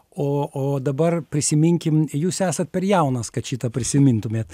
o o dabar prisiminkim jūs esat per jaunas kad šitą prisimintumėt